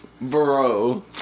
Bro